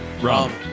Rum